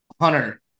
Hunter